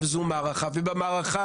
זו מערכה